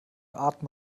atem